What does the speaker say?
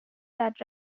that